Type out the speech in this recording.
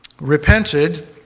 repented